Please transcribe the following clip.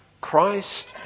Christ